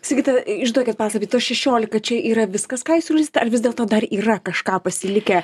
sigita išduokit paslaptį tas šešiolika čia yra viskas jūs siūlysit ar vis dėlto dar yra kažką pasilikę